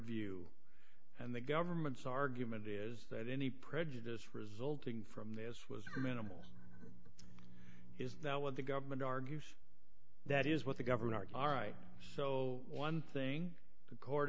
you and the government's argument is that any prejudice resulting from this was minimal is that what the government argues that is what the government alright so one thing the court